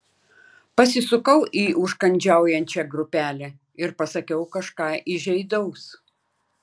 pasisukau į užkandžiaujančią grupelę ir pasakiau kažką įžeidaus